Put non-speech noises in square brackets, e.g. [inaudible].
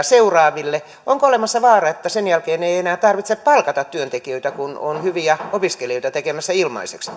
[unintelligible] seuraaville onko olemassa vaara että sen jälkeen ei ei enää tarvitse palkata työntekijöitä kun on hyviä opiskelijoita tekemässä ilmaiseksi [unintelligible]